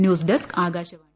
news desk Akashvani